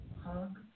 hug